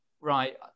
right